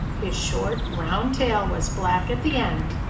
his short, round tail was black at the end.